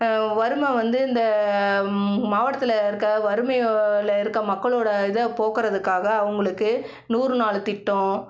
வறுமை வந்து இந்த மாவட்டத்தில் இருக்கிற வறுமையில் இருக்கற மக்களோடய இதை போக்கறதுக்காக அவங்களுக்கு நூறு நாள் திட்டம்